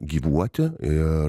gyvuoti ir